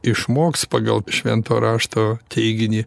išmoks pagal šventojo rašto teiginį